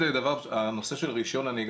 הנושא של רישיון הנהיגה,